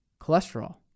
cholesterol